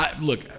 Look